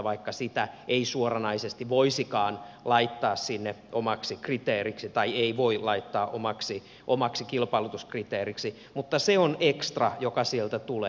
vaikka sitä ei suoranaisesti voisikaan laittaa sinne omaksi kriteeriksi tai ei voi laittaa omaksi kilpailutuskriteeriksi se on ekstra joka sieltä tulee